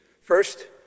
First